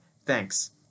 Thanks